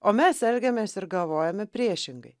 o mes elgiamės ir galvojame priešingai